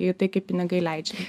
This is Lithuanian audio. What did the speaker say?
į tai kaip pinigai leidžiami